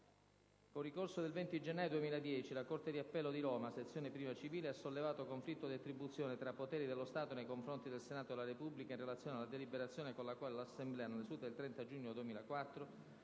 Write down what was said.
Con ricorso del 20 gennaio 2010, la Corte di appello di Roma -Sezione Prima civile - ha sollevato conflitto di attribuzione tra poteri dello Stato nei confronti del Senato della Repubblica in relazione alla deliberazione con la quale l'Assemblea, nella seduta del 30 giugno 2004